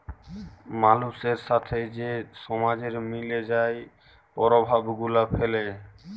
মালুসের সাথে যে সমাজের মিলে যে পরভাব গুলা ফ্যালে